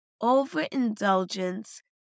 overindulgence